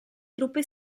truppe